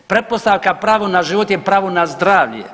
Pretpostavka pravo na život je pravo na zdravlje.